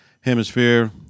hemisphere